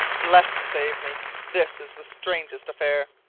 bless and save me this is the strangest affair!